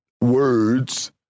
words